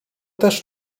też